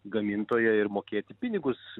gamintoją ir mokėti pinigus